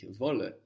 wolle